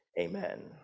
Amen